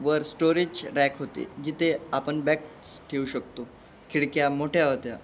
वर storage rack होते जिथे आपण बॅक्स ठेवू शकतो खिडक्या मोठ्या होत्या